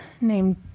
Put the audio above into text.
named